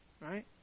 Right